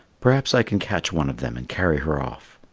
perhaps i can catch one of them and carry her off.